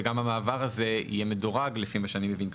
וגם המעבר הזה יהיה מדורג לפי מה שאני מבין.